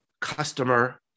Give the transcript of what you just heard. customer